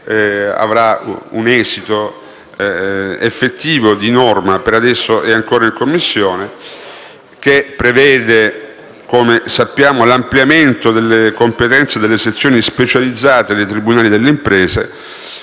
avrà un esito effettivo in norma, ma che per adesso è ancora fermo in Commissione - che prevede, come sappiamo, l'ampliamento della competenza delle sezioni specializzate dei tribunali delle imprese,